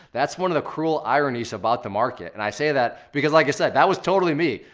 that's one of the cruel ironies about the market, and i say that because like i said, that was totally me.